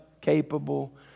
capable